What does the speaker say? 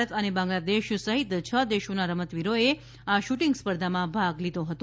ભારત અને બાંગ્લદેશ સહિત છ દેશોના રમતવીરોએ આ શૂટિંગ સ્પર્ધામાં ભાગ લીધો હતો